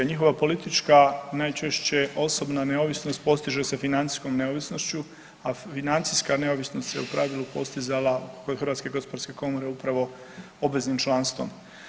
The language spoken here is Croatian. Njihova politička, najčešće osobna neovisnost postiže se financijskom neovisnošću, a financijska neovisnost se u pravilu postizala kod HGK upravo obveznim članstvom.